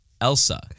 Elsa